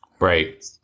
Right